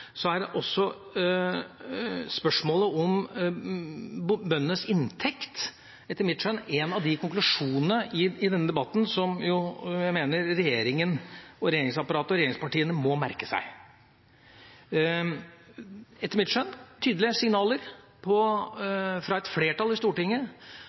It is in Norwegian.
er også spørsmålet om bøndenes inntekt en av de konklusjonene i denne debatten som jeg mener regjeringen, regjeringsapparatet og regjeringspartiene må merke seg. Det er etter mitt skjønn tydelige signaler fra et flertall i Stortinget